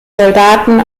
soldaten